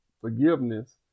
forgiveness